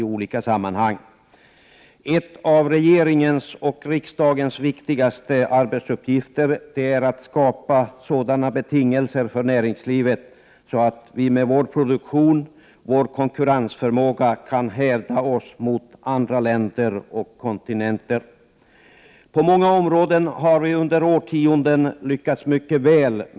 Ett av regeringens och riksdagens viktigaste arbetsuppgifter är att skapa sådana betingelser för näringslivet att Sverige med sin produktion och konkurrensförmåga kan hävda sig mot andra länder och kontinenter. På många områden har vi under årtionden lyckats mycket väl.